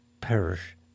perish